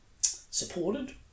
supported